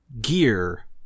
gear